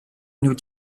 nous